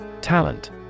Talent